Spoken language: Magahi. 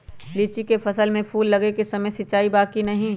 लीची के फसल में फूल लगे के समय सिंचाई बा कि नही?